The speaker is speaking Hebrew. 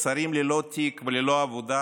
בשרים ללא תיק וללא עבודה,